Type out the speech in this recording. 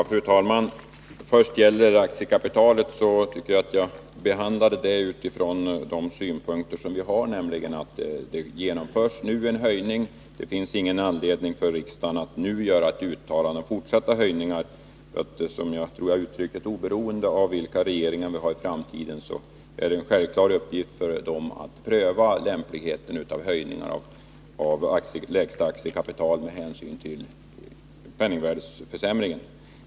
Fru talman! Vad gäller aktiekapitalet behandlade jag den frågan från de utgångspunkter vi har. Det genomförs nu en höjning, och det finns ingen anledning för riksdagen att göra ett uttalande om fortsatta höjningar. Oberoende av vilka regeringar vi har i framtiden är det ju en självklar uppgift för dem att pröva lämpligheten av höjningar av lägsta aktiekapitalet med hänsyn till penningvärdesförsämringen.